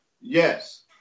yes